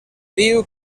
diu